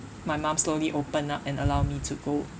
my mum slowly open up and allow me to go